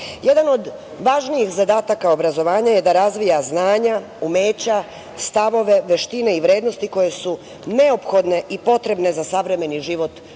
od važnijih zadataka obrazovanja je da razvija znanja, umeća, stavove, veštine i vrednosti koje su neophodne i potrebne za savremeni život